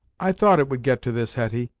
i thought it would get to this, hetty,